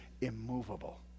immovable